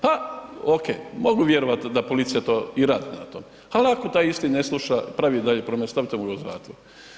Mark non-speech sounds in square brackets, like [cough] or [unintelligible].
Pa OK, mogu vjerovati da policija to i radi na tome ali ako taj isti ne sluša i pravi i dalje ... [unintelligible] stavite ga u zatvor.